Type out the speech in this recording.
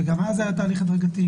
וגם אז היה תהליך הדרגתי.